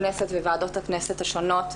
הכנסת וועדות הכנסת השונות,